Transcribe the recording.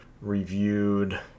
reviewed